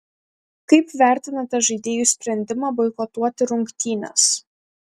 kaip vertinate žaidėjų sprendimą boikotuoti rungtynes